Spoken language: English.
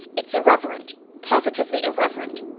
it's irreverent positively irreverent.